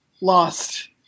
lost